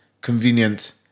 convenient